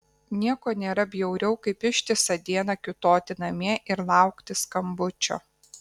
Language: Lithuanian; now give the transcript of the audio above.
nieko nėra bjauriau kaip ištisą dieną kiūtoti namie ir laukti skambučio